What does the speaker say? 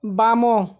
ବାମ